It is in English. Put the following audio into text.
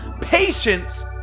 patience